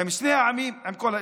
עם שני העמים, עם כל האזרחים.